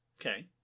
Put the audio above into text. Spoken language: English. okay